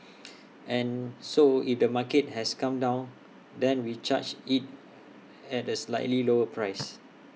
and so if the market has come down then we charge IT at A slightly lower price